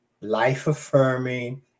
life-affirming